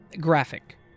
graphic